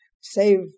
save